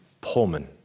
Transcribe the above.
Pullman